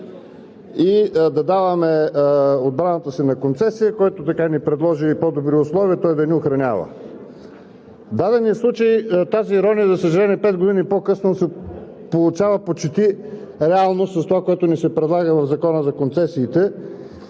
и да даваме отбраната си на концесия: който ни предложи по-добри условия, той да ни охранява. В дадения случай тази ирония, за съжаление, пет години по-късно се получава почти реално с това, което ни се предлага в Закона за концесиите.